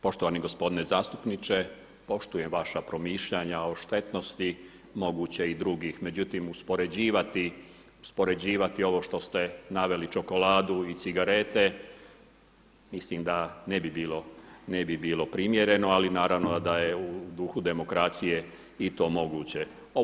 Poštovani gospodine zastupniče, poštujem vaša promišljanja o štetnosti moguće i drugih, međutim uspoređivati ovo što ste naveli čokoladu i cigarete mislim da ne bi bilo primjereno ali naravno da je u duhu demokracije i to moguće.